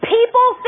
People